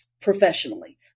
professionally